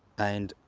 and